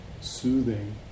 soothing